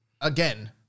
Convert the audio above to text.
again